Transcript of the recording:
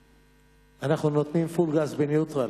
אנחנו נותנים פול גז בניוטרל.